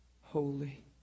Holy